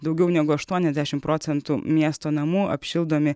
daugiau negu aštuoniasdešimt procentų miesto namų apšildomi